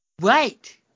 right